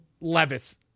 Levis